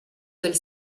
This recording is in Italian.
del